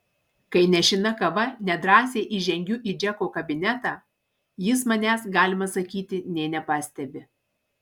kai nešina kava nedrąsiai įžengiu į džeko kabinetą jis manęs galima sakyti nė nepastebi